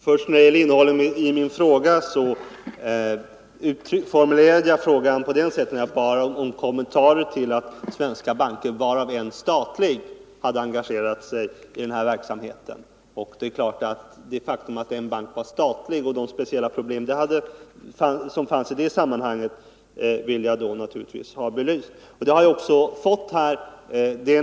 Herr talman! Innehållet i min fråga framgår av formuleringen; jag bad om kommentarer till att svenska banker — varav en statlig — hade engagerat sig i den här verksamheten. Det faktum att en bank var statlig, med de speciella problem det förde in i sammanhanget, ville jag då naturligtvis ha belyst, och det har jag också fått.